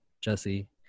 Jesse